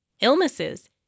illnesses